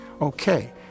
okay